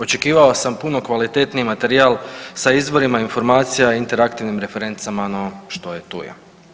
Očekivao sam puno kvalitetniji materijal sa izvorima informacija, interaktivnim referencama, no, što je tu je.